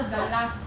the last